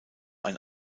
ein